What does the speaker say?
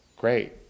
Great